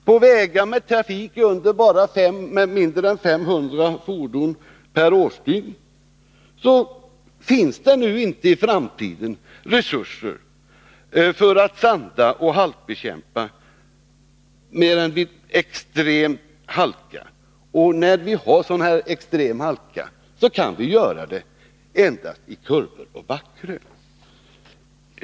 På vägar med mindre än 500 fordon per årsdygn finns det i framtiden inte några resurser för att salta och halkbekämpa mer än vid extrem halka och då endast i kurvor och backkrön.